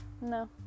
no